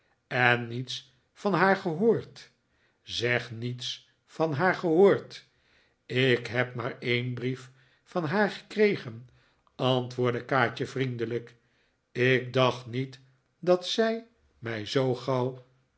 en niets van haar gehoord zeg niets van haar gehoord ik heb maar een brief van haar gekregen antwoordde kaatje vriendelijk ik dacht niet dat zij mij zoo gauw